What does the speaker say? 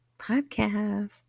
Podcast